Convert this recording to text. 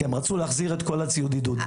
כי הם רצו להחזיר את כל הציוד עידוד.